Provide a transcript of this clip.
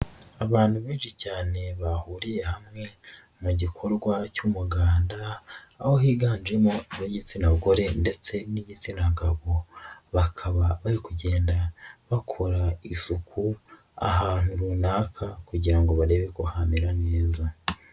Abantu benshi cyane bahuriye hamwe mu gikorwa cy'umuganda, aho higanjemo ab'igitsina gore ndetse n'igitsina gabo bakaba bari kugenda bakora isuku ahantu runaka kugira ngo barebe ko hamera neza.